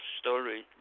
story